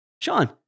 Sean